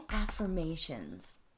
affirmations